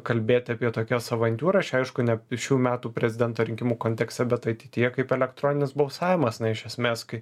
kalbėti apie tokias avantiūras čia aišku ne šių metų prezidento rinkimų kontekste bet ateityje kaip elektroninis balsavimas na iš esmės